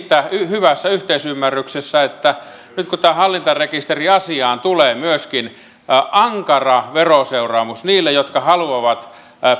hyvässä yhteisymmärryksessä siitä että nyt kun tähän hallintarekisteriasiaan tulee myöskin ankara veroseuraamus niille jotka haluavat